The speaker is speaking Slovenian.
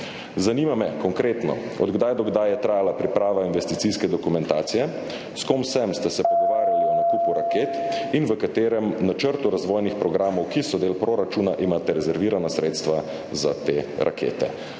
Zanima me konkretno: Od kdaj do kdaj je trajala priprava investicijske dokumentacije? S kom vsem ste se pogovarjali o nakupu raket? V katerem načrtu razvojnih programov, ki so del proračuna, imate rezervirana sredstva za te rakete?